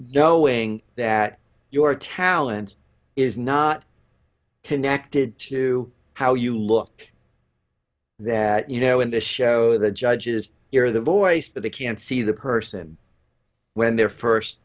knowing that your talent is not connected to how you look that you know in the show the judges hear the voice that they can't see the person when they're first